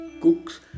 Cook's